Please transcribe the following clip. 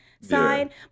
side